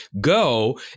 go